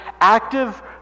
active